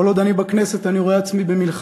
כל עוד אני בכנסת אני רואה את עצמי במלחמה,